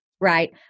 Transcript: right